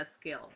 skills